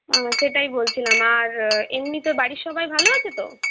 সেটাই বলছিলাম আর এমনি তোর বাড়ির সবাই ভালো আছে তো